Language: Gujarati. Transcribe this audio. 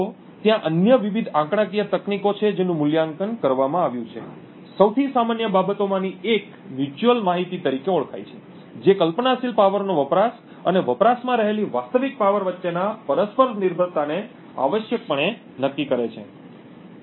તો ત્યાં અન્ય વિવિધ આંકડાકીય તકનીકો છે જેનું મૂલ્યાંકન કરવામાં આવ્યું છે સૌથી સામાન્ય બાબતોમાંની એક મ્યુચ્યુઅલ માહિતી તરીકે ઓળખાય છે જે કલ્પનાશીલ પાવરનો વપરાશ અને વપરાશમાં રહેલી વાસ્તવિક પાવર વચ્ચેના પરસ્પર નિર્ભરતાને આવશ્યકપણે નક્કી કરે છે